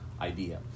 idea